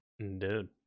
Dude